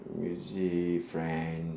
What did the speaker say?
music friend